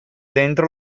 dentro